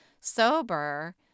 sober